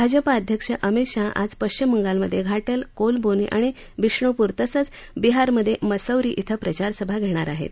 भाजपा अध्यक्ष अमित शहा आज पश्विम बंगालमधे घाटल कोलबोनी आणि विष्णूपूर तसंच बिहारमधे मसौरी क्रें प्रचारसभा घेणार अहेत